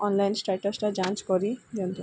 online ଷ୍ଟାଟସଟା ଯାଞ୍ଚ କରିଦିଅନ୍ତୁ